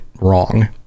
wrong